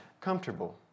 comfortable